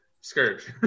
Scourge